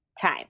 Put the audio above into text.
time